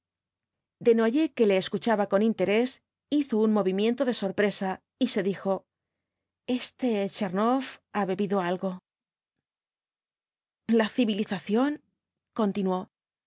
desnoyers que le escuchaba con interés hizo un movimiento de sorpresa y se dijo este tchernoff ha bebido algo la civilización continuó